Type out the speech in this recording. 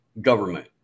government